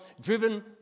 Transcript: driven